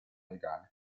legale